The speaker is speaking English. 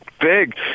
big